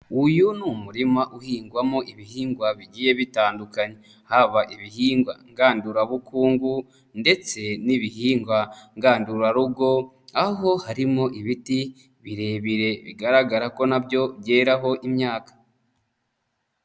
Uyu ni umurima uhingwamo ibihingwa bigiye bitandukanye. Haba ibihingwa ngandurabukungu ndetse n'ibihingwa ngandurarugo, aho harimo ibiti birebire bigaragara ko na byo byeraho imyaka.